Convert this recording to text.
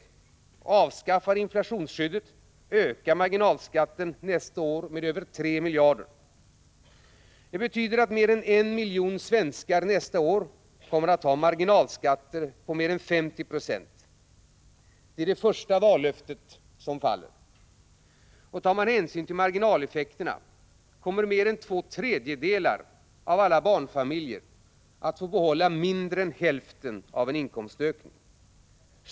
Den avskaffar inflationsskyddet och ökar marginalskatten nästa år med över 3 miljarder kronor. Det betyder att mer än en miljon svenskar nästa år kommer att ha marginalskatter på över 50 90. Det är det första vallöftet som faller. Tar man hänsyn till marginaleffekterna kommer mer än två tredjedelar av alla barnfamiljer att få behålla mindre än hälften av en inkomstökning.